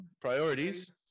priorities